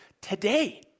today